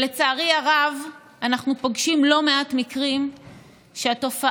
לצערי הרב אנחנו פוגשים לא מעט מקרים שהתופעה